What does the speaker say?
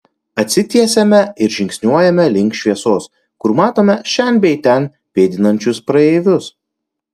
atsitiesiame ir žingsniuojame link šviesos kur matome šen bei ten pėdinančius praeivius